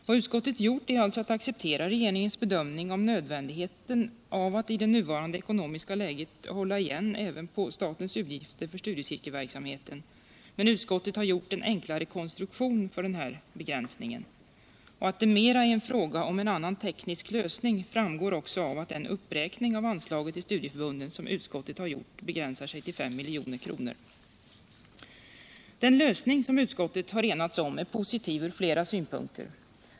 Vad utskottet har gjort är alltså att acceptera regeringens bedömning om nödvändigheten av att i det nuvarande ekonomiska läget hålla igen även på statens utgifter för studiecirkelverksamheten. Men utskottet har gjort en enklare konstruktion för den här begränsningen. Att det mera är en fråga om en annan teknisk lösning framgår också av att den uppräkning av anslaget till studieförbunden som utskottet har gjort begränsar Den lösning utskottet har enats om är positiv ur flera synpunkter.